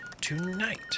tonight